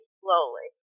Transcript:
slowly